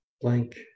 blank